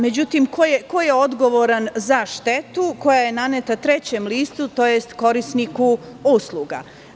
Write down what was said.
Međutim, ko je odgovoran za štetu koja je naneta trećem licu tj. korisniku usluga?